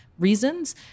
reasons